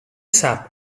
sap